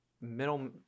middle